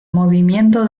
movimiento